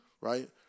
Right